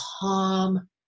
calm